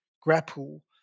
grapple